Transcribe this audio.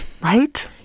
Right